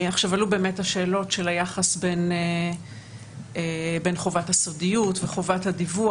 עלו שאלות על היחס בין חובת הסודיות לחובת הדיווח,